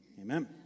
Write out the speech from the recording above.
Amen